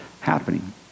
happening